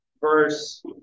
verse